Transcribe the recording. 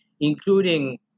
including